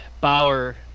Bauer